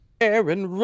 Aaron